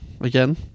again